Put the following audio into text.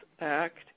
Act